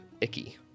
icky